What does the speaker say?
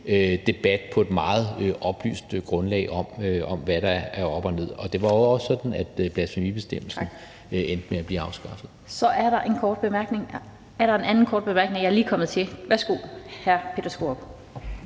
debat på et meget oplyst grundlag om, hvad der er op og ned. Det var jo også sådan, blasfemibestemmelsen endte med at blive afskaffet. Kl. 16:02 Den fg. formand (Annette Lind): Tak. Er der en anden kort bemærkning? Jeg er lige kommet til. Værsgo, hr. Peter Skaarup.